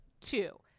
two